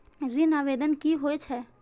ऋण आवेदन की होय छै?